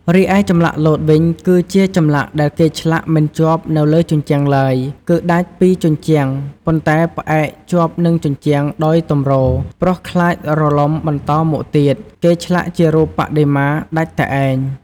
រីឯចម្លាក់លោតវិញគឺជាចម្លាក់ដែលគេឆ្លាក់មិនជាប់នៅលើជញ្ជាំងឡើយ គឺដាច់ពីជញ្ជាំងប៉ុន្តែផ្អែកជាប់និងជញ្ជាំងដោយទំរ ព្រោះខ្លាចរលំបន្តមកទៀតគេឆ្លាក់ជារូបបដិមាដាច់តែឯង។